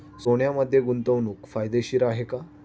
सोन्यामध्ये गुंतवणूक फायदेशीर आहे का?